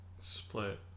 Split